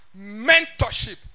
mentorship